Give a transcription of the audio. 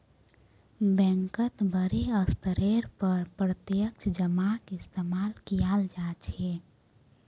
बैंकत बडे स्तरेर पर प्रत्यक्ष जमाक इस्तेमाल कियाल जा छे